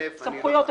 סמכויות אכיפה.